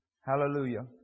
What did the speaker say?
Hallelujah